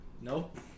Nope